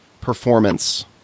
performance